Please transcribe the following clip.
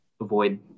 avoid